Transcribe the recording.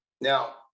Now